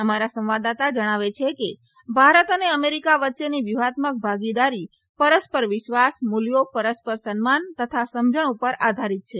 અમારા સંવાદદાતા જણાવે છે કે ભારત અને અમેરીકા વચ્ચેની વ્યૂહાત્મક ભાગીદારી પરસ્પર વિશ્વાસ મૂલ્યો પરસ્પર સન્માન તથા સમજણ ઉપર આધારીત છે